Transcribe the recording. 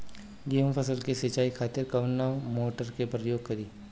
गेहूं फसल के सिंचाई खातिर कवना मोटर के प्रयोग करी?